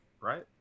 right